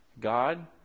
God